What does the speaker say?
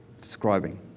describing